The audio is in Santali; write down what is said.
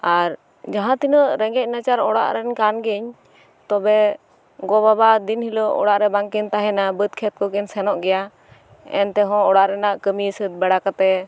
ᱟᱨ ᱡᱟᱦᱟᱸ ᱛᱤᱱᱟᱜ ᱨᱮᱸᱜᱮᱡ ᱱᱟᱪᱟᱨ ᱚᱲᱟᱜ ᱨᱮᱱ ᱠᱟᱱ ᱜᱤᱭᱟᱹᱧ ᱛᱚᱵᱮ ᱜᱚ ᱵᱟᱵᱟ ᱫᱤᱱ ᱦᱤᱞᱳᱜ ᱚᱲᱟ ᱨᱮ ᱵᱟᱝ ᱠᱤᱱ ᱛᱟᱦᱮᱱᱟ ᱵᱟᱹᱛ ᱠᱷᱮᱛ ᱠᱚᱠᱤᱱ ᱥᱮᱱᱚᱜ ᱜᱮᱭᱟ ᱮᱱᱛᱮᱦᱚᱸ ᱚᱲᱟᱜ ᱨᱮᱭᱟᱜ ᱠᱟᱢᱤ ᱥᱟᱹᱛ ᱵᱟᱲᱟ ᱠᱟᱛᱮ